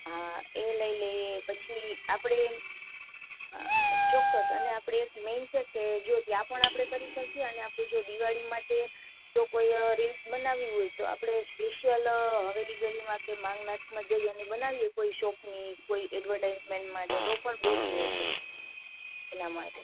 હા એ લઈ લઈ લઈએ પછી આપણે ચોક્કસ અને આપણે મેઈન છે કે જો ત્યાં પણ આપડે કરી સકિયે અને આપણે જો દિવાળી માટે જો કોઈ રીલ્સ બનાવી હોય તો આપણે સ્પેશિયલ હવેલી ગલીમાં કે માંગનાથમાં જઈ બનાવીએ કોઈ શોપની કોઈ એડવર્ટાઈઝમેન્ટ માટે તો પણ બેસ્ટ રહેશે એટલા માટે